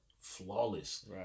flawless